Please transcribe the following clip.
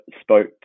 spoke